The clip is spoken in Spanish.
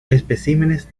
especímenes